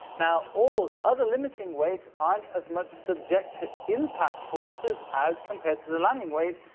now, all other limiting weights aren't as much subject to impact forces as compared to the landing weight,